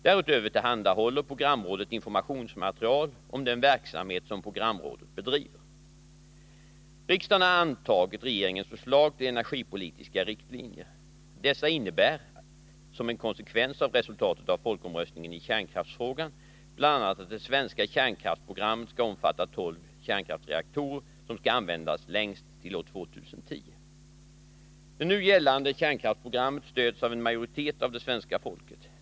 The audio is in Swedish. Därutöver tillhandahåller programrådet informationsmaterial om den verksamhet som programrådet bedriver. Det nu gällande kärnkraftsprogrammet stöds av en majoritet av det svenska folket.